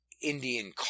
Indian